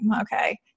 okay